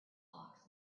hawks